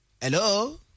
Hello